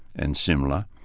in simla,